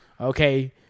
Okay